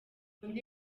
undi